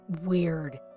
weird